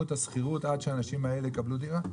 את השכירות עד שהאנשים האלה יקבלו דירה.